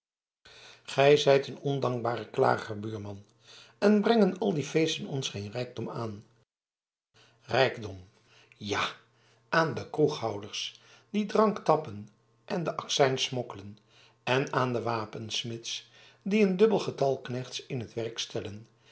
gij zijt een ondankbare klager buurman en brengen al die feesten ons geen rijkdom aan rijkdom ja aan de kroeghouders die drank tappen en den accijns smokkelen en aan de wapensmids die een dubbel getal knechts in t werk stellen